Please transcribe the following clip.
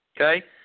Okay